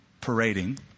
parading